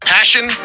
Passion